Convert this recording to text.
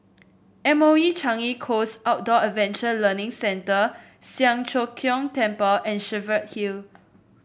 M O E Changi Coast Outdoor Adventure Learning Centre Siang Cho Keong Temple and Cheviot Hill